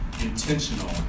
intentional